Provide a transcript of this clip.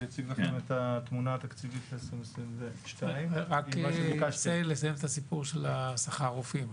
שיציג לכם את התמונה התקציבית של 2022. רק לסיים את הנושא של שכר הרופאים.